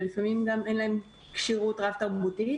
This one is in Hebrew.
ולפעמים גם אין להם כשירות רב-תרבותית.